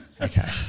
okay